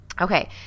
Okay